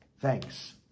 Thanks